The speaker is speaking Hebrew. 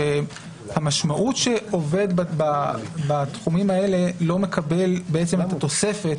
שהמשמעות שעובד בתחומים האלה לא מקבל בעצם את התוספת,